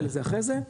נגיע לזה אחרי זה,